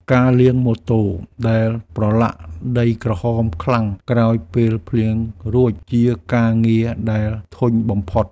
ការលាងម៉ូតូដែលប្រឡាក់ដីក្រហមខ្លាំងក្រោយពេលភ្លៀងរួច ជាការងារដែលធុញបំផុត។